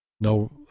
No